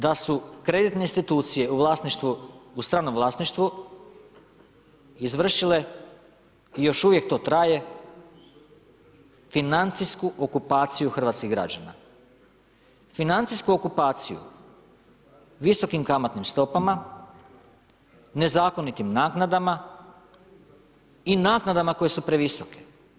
Ja tvrdim da su kreditne institucije, u stranom vlasništvu, izvršile i još uvijek to traje, financijsku okupaciju hrvatskih građana, financijsku okupaciju visokim kamatnim stopama, nezakonitim naknadama i naknadama koje su previsoke.